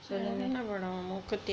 சொல்லுங்க:sollunga